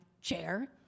chair